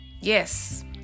Yes